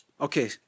Okay